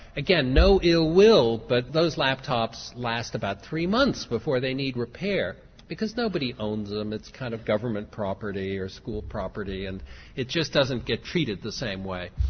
again no ill will but those laptops last about three months before they need repair because nobody owns them and it's kind of government property, or school property and it just doesn't get treated the same way.